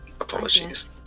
Apologies